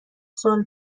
سال